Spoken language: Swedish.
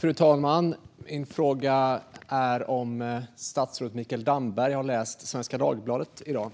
Fru talman! Min fråga är om statsrådet Mikael Damberg har läst Svenska Dagbladet i dag.